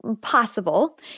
possible